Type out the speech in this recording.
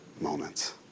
moments